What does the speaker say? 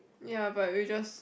ya but you just